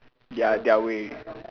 ya their way